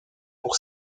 pour